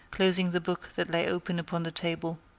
closing the book that lay open upon the table.